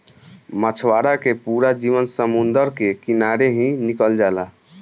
मछवारा के पूरा जीवन समुंद्र के किनारे ही निकल जाला